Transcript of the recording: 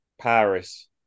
Paris